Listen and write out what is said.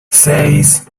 seis